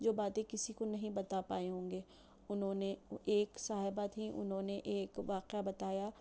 جو باتیں کسی کو نہیں بتا پائے ہوں گے اُنہوں نے ایک صاحبہ تھیں اُنہوں نے ایک واقعہ بتایا